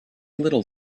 little